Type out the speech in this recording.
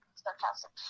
sarcastic